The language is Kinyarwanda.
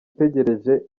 utegereje